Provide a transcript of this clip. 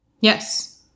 Yes